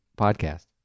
podcast